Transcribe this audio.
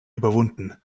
überwunden